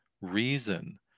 reason